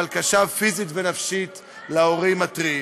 אבל קשה פיזית ונפשית להורים הטריים.